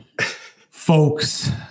folks